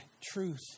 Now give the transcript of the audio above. truth